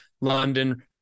London